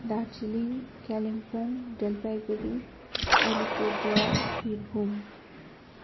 Darjeeling Kalimpong Jalpaiguri Alipurduar Birbhum